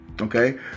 okay